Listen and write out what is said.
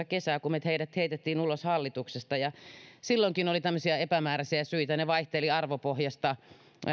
kesää kaksituhattaseitsemäntoista kun meidät heitettiin ulos hallituksesta silloinkin oli tämmöisiä epämääräisiä syitä ne vaihtelivat arvopohjasta